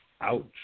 Ouch